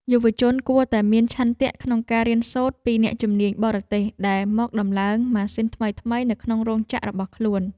យុវជនគួរតែមានឆន្ទៈក្នុងការរៀនសូត្រពីអ្នកជំនាញបរទេសដែលមកតម្លើងម៉ាស៊ីនថ្មីៗនៅក្នុងរោងចក្ររបស់ខ្លួន។